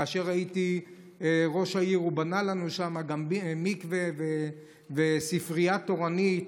כאשר הייתי ראש העיר הוא בנה לנו שם גם מקווה וספרייה תורנית,